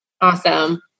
Awesome